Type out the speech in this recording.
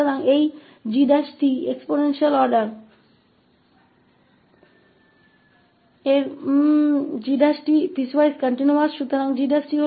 तो यह 𝑔′ 𝑡 exponential order का निरंतर है और 𝑔′𝑡 पीसवाइज कंटीन्यूअस है